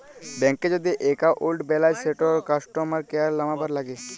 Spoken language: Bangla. ব্যাংকে যদি এক্কাউল্ট বেলায় সেটর কাস্টমার কেয়ার লামবার ল্যাগে